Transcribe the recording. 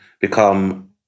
become